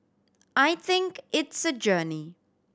I think it's a journey